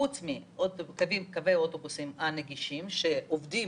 חוץ מקווי האוטובוסים הנגישים שעובדים